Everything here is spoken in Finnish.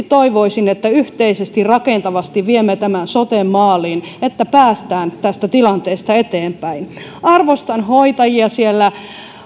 toivoisin että yhteisesti ja rakentavasti viemme tämän soten maaliin että päästään tästä tilanteesta eteenpäin arvostan hoitajia siellä